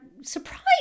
surprised